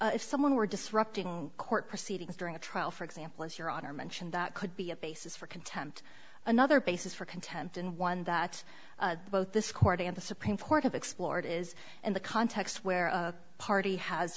so if someone were disrupting court proceedings during the trial for example as your honor mentioned that could be a basis for contempt another basis for contempt and one that both this court and the supreme court of explored is in the context where a party has